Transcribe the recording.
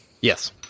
Yes